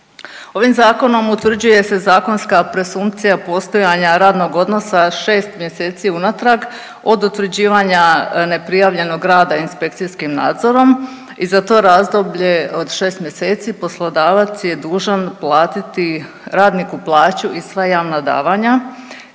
Ovim Zakonom utvrđuje se zakonska presumpcija postojanja radnog odnosa 6 mjeseci unatrag od utvrđivanja neprijavljenog rada inspekcijskim nadzorom i za to razdoblje od 6 mjeseci poslodavac je dužan platiti radniku plaću i sva javna davanja,